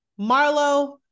Marlo